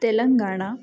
Telangana